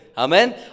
Amen